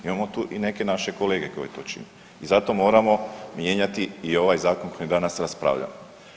Imamo tu i neke naše kolege koji to čine i zato moramo mijenjati i ovaj zakon o kojem danas raspravljamo.